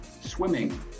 Swimming